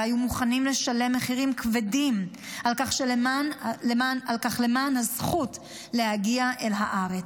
והיו מוכנים לשלם מחירים כבדים על כך למען הזכות להגיע אל הארץ,